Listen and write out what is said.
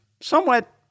somewhat